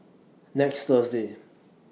next Thursday